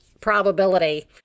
Probability